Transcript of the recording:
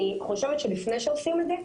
אני חושבת שלפני שעושים את זה,